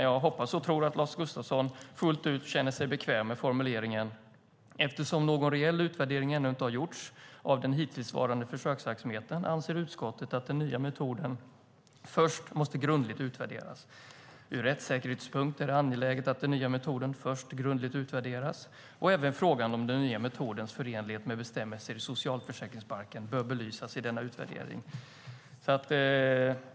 Jag hoppas och tror att Lars Gustafsson fullt ut känner sig bekväm med formuleringen: "Eftersom någon reell utvärdering ännu inte har gjorts av den hittillsvarande försöksverksamheten anser utskottet att den nya metoden först måste grundligt utvärderas. - Utskottet vill framhålla att det ur rättssäkerhetssynpunkt är angeläget att den nya metoden först grundligt utvärderas. - Även frågan om den nya metodens förenlighet med bestämmelserna i socialförsäkringsbalken bör belysas i denna utvärdering."